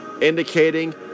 indicating